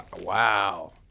wow